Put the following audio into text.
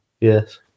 yes